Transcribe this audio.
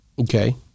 Okay